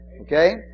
Okay